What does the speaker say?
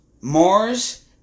Mars